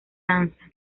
danza